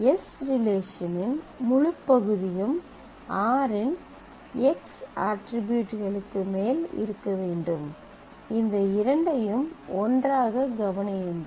s ரிலேஷனின் முழுப்பகுதியும் r இன் எக்ஸ் X அட்ரிபியூட்ஸ்களுக்கு மேல் இருக்க வேண்டும் இந்த இரண்டையும் ஒன்றாகக் கவனியுங்கள்